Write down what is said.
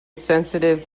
sensitive